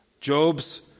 Job's